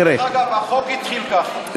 דרך אגב, החוק התחיל ככה.